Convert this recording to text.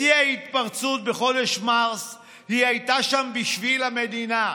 בשיא ההתפרצות בחודש מרץ היא הייתה שם בשביל המדינה.